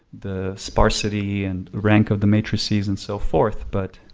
the sparsity and rank of the matrices and so forth but